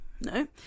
No